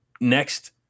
next